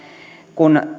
kun